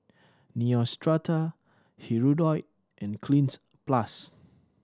Neostrata Hirudoid and Cleanz Plus